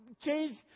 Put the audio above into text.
change